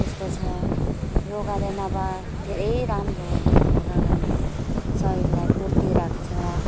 त्यस्तो छ योगाले नभए धेरै राम्रो हो योगा गर्ने शरीरलाई फुर्ति राख्छ